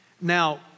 Now